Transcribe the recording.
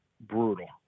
brutal